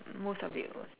most of it was